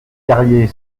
carrier